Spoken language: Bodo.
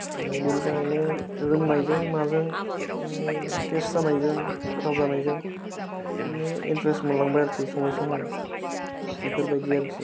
ओमफाय बेनि थाखायनो रोंनायजों माजों ओ तेस्त जानायजों गोथाव जानायजों बिदिनो इनथ्रेस मोनलांबाय आरोखि सङै सङै बेफोरबायदि आरोखि